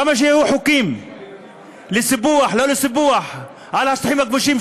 כמה שיהיו חוקים לסיפוח או לא לסיפוח על השטחים הכבושים,